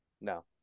No